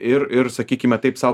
ir ir sakykime taip sau